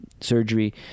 surgery